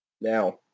Now